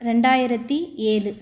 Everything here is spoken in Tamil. ரெண்டாயிரத்தி ஏழு